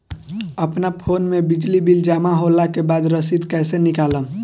अपना फोन मे बिजली बिल जमा होला के बाद रसीद कैसे निकालम?